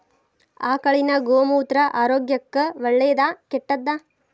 ಆಕಳಿನ ಗೋಮೂತ್ರ ಆರೋಗ್ಯಕ್ಕ ಒಳ್ಳೆದಾ ಕೆಟ್ಟದಾ?